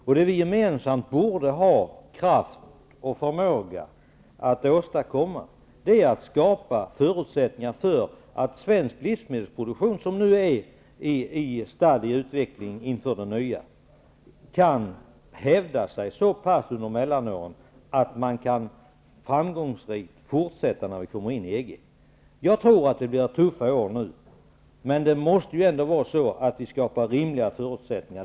Vi borde då gemensamt ha kraft och förmåga att åstadkomma förutsättningar för att svensk livsmedelsproduktion, som nu är stadd i utveckling inför det nya, kan hävda sig så pass bra under mellanåren att man framgångsrikt kan fortsätta med denna produktion i EG. Jag tror att det blir tuffa år nu. Vi måste dock försöka skapa rimliga förutsättningar.